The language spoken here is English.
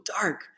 dark